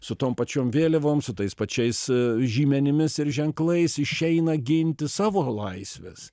su tom pačiom vėliavom su tais pačiais žymenimis ir ženklais išeina ginti savo laisvės